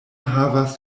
havas